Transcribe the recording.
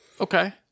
Okay